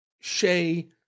Shea